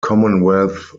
commonwealth